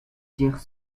tire